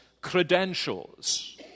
credentials